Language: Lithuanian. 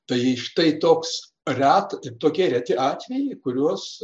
tai štai toks ret tokie reti atvejai kuriuos